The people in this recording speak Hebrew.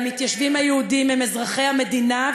והמתיישבים היהודים הם אזרחי המדינה,